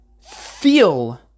feel